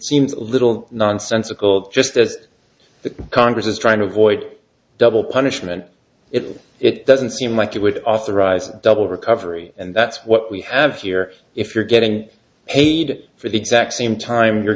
seems a little nonsensical just as the congress is trying to avoid double punishment if it doesn't seem like it would authorize double recovery and that's what we have here if you're getting paid for the exact same time you're